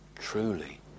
Truly